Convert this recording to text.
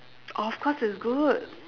of course it's good